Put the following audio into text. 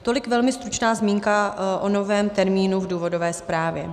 Tolik velmi stručná zmínka o novém termínu v důvodové zprávě.